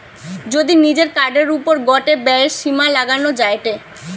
যদি নিজের কার্ডের ওপর গটে ব্যয়ের সীমা লাগানো যায়টে